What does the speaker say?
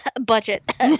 budget